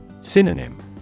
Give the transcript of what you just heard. Synonym